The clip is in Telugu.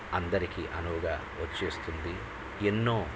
అందరికి అనువుగా వస్తుంది ఎన్నో